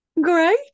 Great